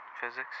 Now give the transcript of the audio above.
physics